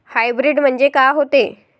Hybrid म्हनजे का होते?